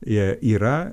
jie yra